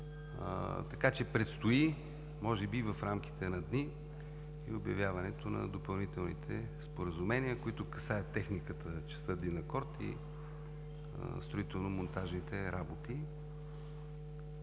Така че предстои, може би в рамките на дни, и обявяването на допълнителните споразумения, които касаят техниката, частта „Динакорд“, и строително-монтажните работи.